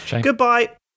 goodbye